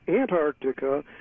Antarctica